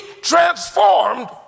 transformed